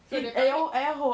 so that toilet